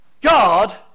God